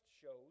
shows